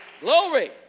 Glory